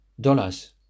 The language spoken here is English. dollars